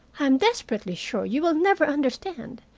i'm desperately sure you will never understand.